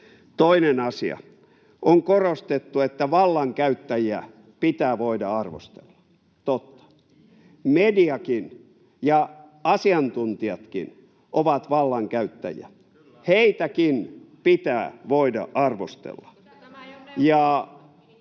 Toinen asia: On korostettu, että vallankäyttäjiä pitää voida arvostella. Totta. Mediakin ja asiantuntijatkin ovat vallankäyttäjiä, [Perussuomalaisten